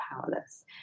powerless